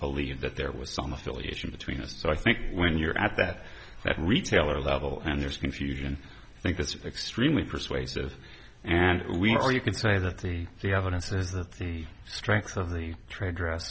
believed that there was some affiliation between us so i think when you're at that that retailer level and there's confusion i think this is extremely persuasive and we or you can say that the the evidence is that the strength of the trade dress